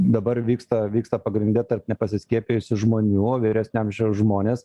dabar vyksta vyksta pagrinde tarp nepasiskiepijusių žmonių o vyresnio amžiaus žmonės